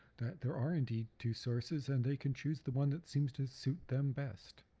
that there are indeed two sources and they can choose the one that seems to suit them best.